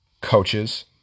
coaches